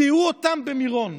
זיהו אותם במירון,